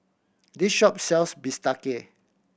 this shop sells bistake